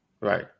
Right